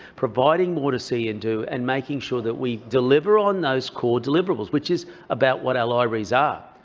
providing more to see and do, and making sure that we deliver on those core deliverables, which is about what are libraries are.